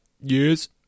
yes